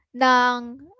ng